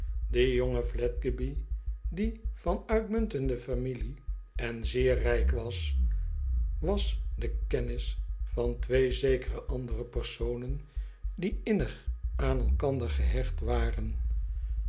die jonge fledgeby die van uitmuntende familie en zeer rijk was was de kennis van twee zekere andere personen die innig aan elkander gehecht waren